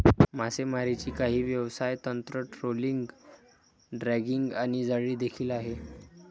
मासेमारीची काही व्यवसाय तंत्र, ट्रोलिंग, ड्रॅगिंग आणि जाळी देखील आहे